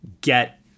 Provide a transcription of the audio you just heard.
get